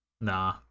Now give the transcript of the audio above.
Nah